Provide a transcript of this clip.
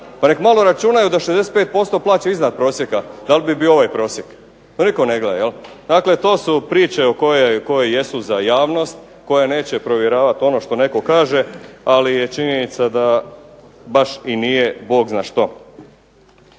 Pa nek malo računaju da 65% plaće iznad prosjeka dal bi bio ovaj prosjek, to nitko ne gleda jel. Dakle to su priče koje jesu za javnost, koje neće provjeravat ono što netko kaže, ali je činjenica da baš i nije Bog zna što.